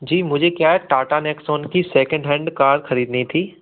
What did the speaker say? जी मुझे क्या है टाटा नैक्सोन की सैकिंड हैंड कार ख़रीदनी थी